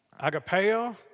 agapeo